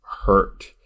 hurt